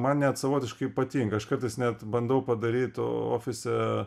man net savotiškai patinka aš kartais net bandau padaryt ofise